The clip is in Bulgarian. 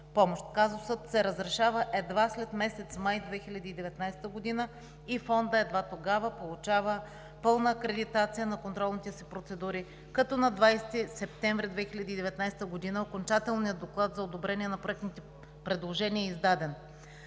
Казусът се разрешава след месец май 2019 г. и Фондът едва тогава получава пълна акредитация на контролните си процедури, като на 20 септември 2019 г. е издаден окончателният доклад за одобрение на проектните предложения.